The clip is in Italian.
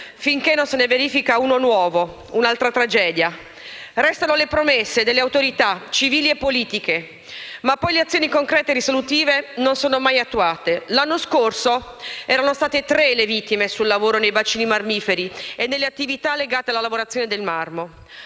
finché non se ne verifica uno nuovo, un'altra tragedia. Restano le promesse delle autorità, civili e politiche, ma poi non vengono mai attuate azioni concrete e risolutive. L'anno scorso erano state tre le vittime sul lavoro nei bacini marmiferi e nelle attività legate alla lavorazione del marmo.